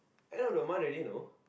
end of the month already know